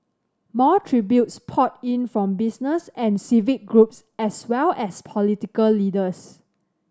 more tributes poured in from business and civic groups as well as political leaders